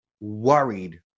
worried